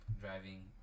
driving